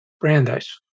Brandeis